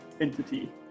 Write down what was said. entity